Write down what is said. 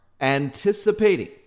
anticipating